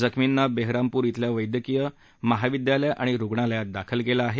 जखमींना बेहरामपूर इथल्या वैद्यकीय महाविद्यालय आणि रुग्णालयात दाखल केलं आहे